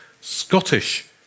Scottish